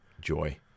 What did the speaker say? joy